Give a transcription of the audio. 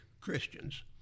Christians